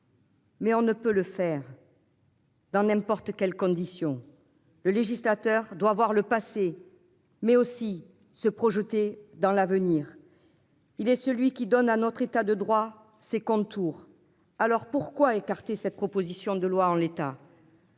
Mais on ne peut le faire. Dans n'importe quelles conditions. Le législateur doit voir le passé mais aussi se projeter dans l'avenir. Il est celui qui donne à notre état de droit, ses contours. Alors pourquoi écarter cette proposition de loi en l'état.